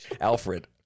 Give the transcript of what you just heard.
Alfred